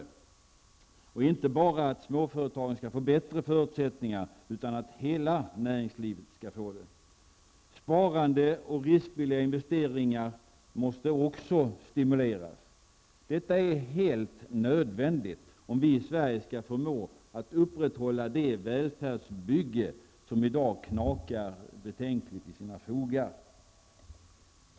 Och det handlar inte bara om att småföretagen skall få bättre förutsättningar utan att hela näringslivet skall få det. Sparande och riskvilliga investeringar måste också stimuleras. Detta är helt nödvändigt om vi i Sverige skall förmå att upprätthålla det välfärdsbygge som i dag knakar betänkligt i sina fogar.